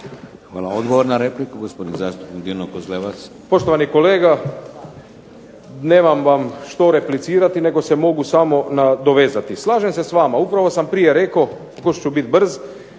Hvala. Odgovor na repliku, gospodin zastupnik Dino Kozlevac.